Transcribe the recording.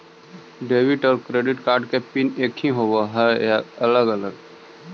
Debit और credit card के PIN एकही होव हइ या अलग अलग?